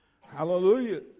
Hallelujah